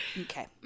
Okay